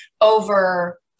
over